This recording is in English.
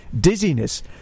dizziness